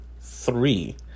Three